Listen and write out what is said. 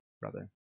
brother